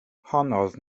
honnodd